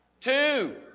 Two